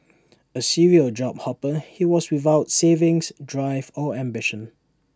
A serial job hopper he was without savings drive or ambition